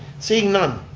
seeing none,